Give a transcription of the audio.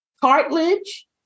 cartilage